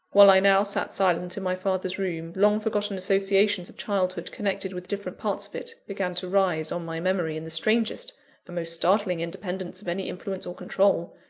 while i now sat silent in my father's room, long-forgotten associations of childhood connected with different parts of it, began to rise on my memory in the strangest and most startling independence of any influence or control,